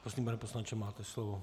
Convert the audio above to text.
Prosím, pane poslanče, máte slovo.